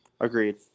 Agreed